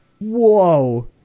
Whoa